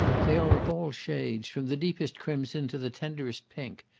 they are of all shades, from the deepest crimson to the tenderest pink.